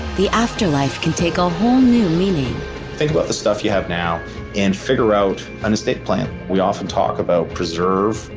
the afterlife can take a whole new meaning think about the stuff you have now and figure out an estate plan we often talk about preserve,